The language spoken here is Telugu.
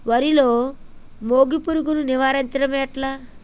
వరిలో మోగి పురుగును నివారించడం ఎట్లా?